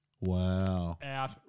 Wow